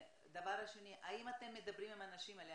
דבר שני, האם אתם מדברים עם האנשים האלה?